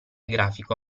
grafico